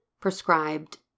prescribed